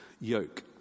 yoke